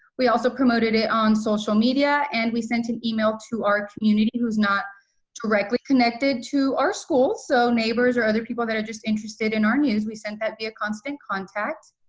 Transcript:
we also promoted it on social media and we sent an email to our community who is not directly connected to our school, so neighbors or other people that are just interested in our news, we sent that via constant contact.